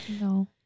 No